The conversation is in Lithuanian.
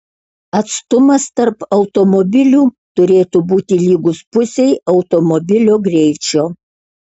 atstumas tarp automobilių turėtų būti lygus pusei automobilio greičio